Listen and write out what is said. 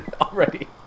already